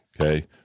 Okay